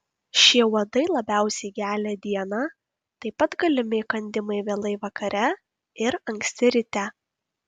šie uodai labiausiai gelia dieną taip pat galimi įkandimai vėlai vakare ir anksti ryte